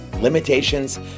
Limitations